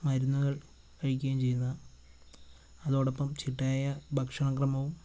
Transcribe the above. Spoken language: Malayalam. മരുന്നുകൾ കഴിക്കുകയും ചെയ്യുക അതോടൊപ്പം ചിട്ടയായ ഭക്ഷണ ക്രമവും